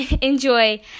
enjoy